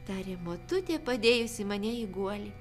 tarė motutė padėjusi mane į guolį